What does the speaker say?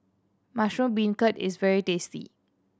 mushroom beancurd is very tasty